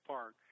Park